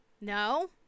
No